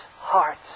hearts